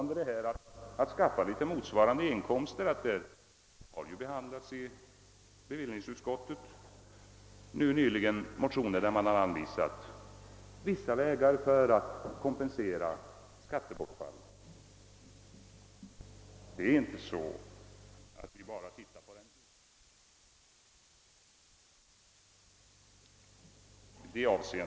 När det gäller att skaffa stat och kommun motsvarande inkomster vill jag påpeka att bevillningsutskottet nyligen behandlat motioner från centern i vilka vägar för kompensation av skattebortfallet anvisats.